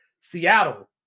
Seattle